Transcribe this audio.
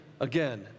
again